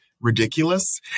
ridiculous